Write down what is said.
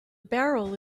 barrel